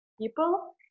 people